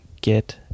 get